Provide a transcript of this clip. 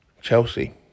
Chelsea